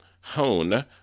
hone